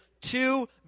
two